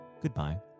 goodbye